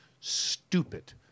stupid